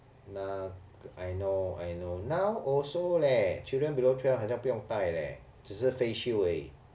nah I know I know now also leh children below twelve 好像不用戴 leh 只是 face shield 而已